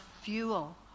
fuel